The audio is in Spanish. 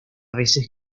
veces